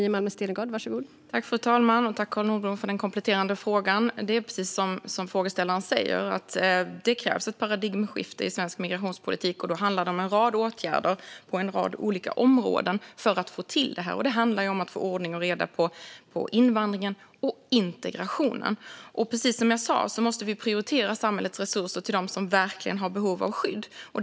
Fru talman! Jag tackar Carl Nordblom för den kompletterande frågan. Precis som frågeställaren säger krävs det ett paradigmskifte i svensk migrationspolitik, och då handlar det om en rad åtgärder på en rad olika områden för att få till det. Det handlar om att få ordning och reda på invandringen och integrationen. Och precis som jag sa måste vi prioritera att använda samhällets resurser till dem som verkligen har behov av skydd.